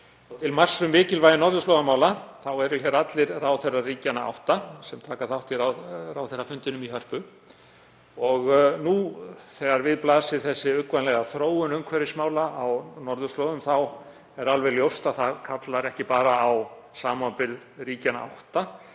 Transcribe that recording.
Til marks um mikilvægi norðurslóðamála eru hér allir ráðherrar ríkjanna átta sem taka þátt í ráðherrafundinum í Hörpu. Nú þegar við blasir þessi uggvænlega þróun umhverfismála á norðurslóðum er alveg ljóst að það kallar ekki bara á samábyrgð ríkjanna átta